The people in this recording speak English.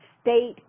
state